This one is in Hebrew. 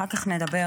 אחר כך נדבר,